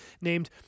named